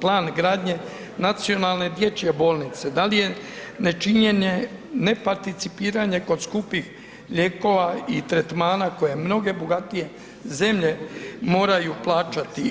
plan gradnje nacionalne dječje bolnice, da li je nečinjenje ne participiranje kod skupih lijekova i tretmana koje mnoge bogatije zemlje moraju plaćati.